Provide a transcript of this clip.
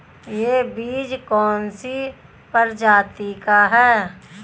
यह बीज कौन सी प्रजाति का है?